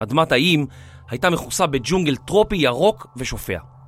אדמת האים הייתה מכוסה בג'ונגל טרופי ירוק ושופע.